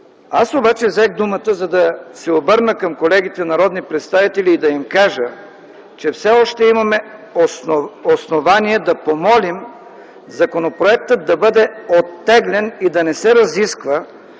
Аз обаче взех думата, за да се обърна към колегите народни представители и да им кажа, че все още имаме основание да помолим законопроектът да бъде оттеглен и да не се разисква,